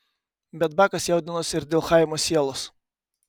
bet bakas jaudinosi ir dėl chaimo sielos